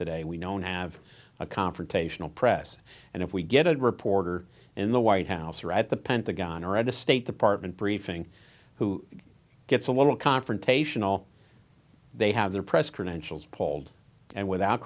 today we don't have a confrontational press and if we get a reporter in the white house or at the pentagon or at the state department briefing who gets a little confrontational they have their press credentials pulled and without